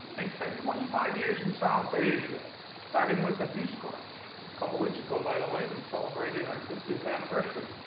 i spent twenty five years in south asia starting with the peace corps. a couple weeks ago, by the way, we celebrated our fiftieth anniversary.